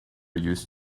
used